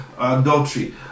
adultery